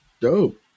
Dope